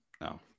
no